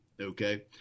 okay